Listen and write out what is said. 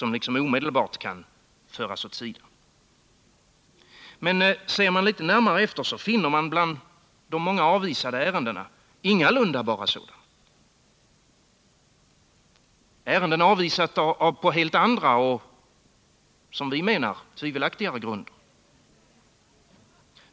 JO, vilka omedelbart kan föras åt sidan. Men ser man litet närmare efter, finner man bland de många avvisade ärendena ingalunda bara sådana. Ärenden avvisas på helt andra och som vi menar tvivelaktiga grunder.